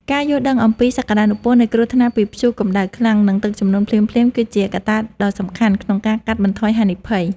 ការយល់ដឹងអំពីសក្ដានុពលនៃគ្រោះថ្នាក់ពីព្យុះតំបន់ក្ដៅ និងទឹកជំនន់ភ្លាមៗ គឺជាគន្លឹះដ៏សំខាន់ក្នុងការកាត់បន្ថយហានិភ័យ។